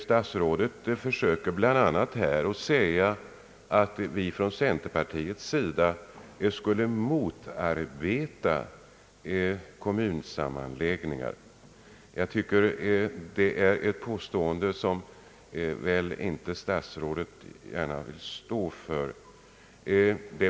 Statsrådet försökte bl.a. här säga att vi på centerpartiets sida skulle motarbeta kommunsammanläggningar. Det är ett påstående som väl inte statsrådet gärna kan stå för.